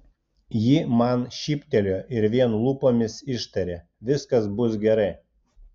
ji man šyptelėjo ir vien lūpomis ištarė viskas bus gerai